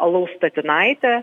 alaus statinaitę